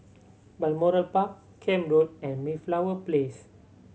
Balmoral Park Camp Road and Mayflower Place